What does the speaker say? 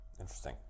Interesting